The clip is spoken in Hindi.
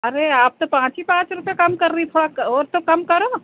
अरे आप तो पाँच ही पाँच रुपए कम कर रही थोड़ा और तो कम करो